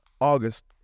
August